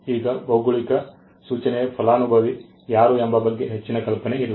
ಈಗ ಭೌಗೋಳಿಕ ಸೂಚನೆಯ ಫಲಾನುಭವಿ ಯಾರು ಎಂಬ ಬಗ್ಗೆ ಹೆಚ್ಚಿನ ಕಲ್ಪನೆ ಇಲ್ಲ